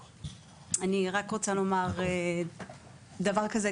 אני רק רוצה לומר דבר כזה,